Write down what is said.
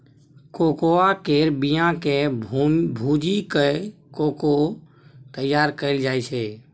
cocoa केर बिया केँ भूजि कय कोको तैयार कएल जाइ छै